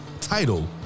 title